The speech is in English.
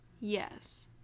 Yes